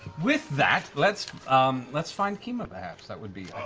with that, let's um let's find kima, perhaps. that would be